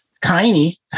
tiny